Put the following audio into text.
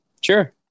Sure